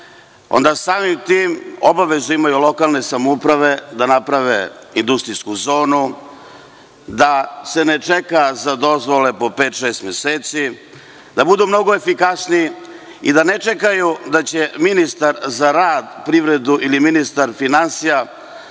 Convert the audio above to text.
onda samim tim obavezu imaju lokalne samouprave da naprave industrijsku zonu, da se ne čeka na dozvole po pet ili šest meseci, da budu mnogo efikasnije i da ne čekaju da ministar za rad, privredu ili ministar finansija